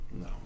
No